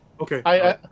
Okay